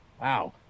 wow